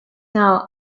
now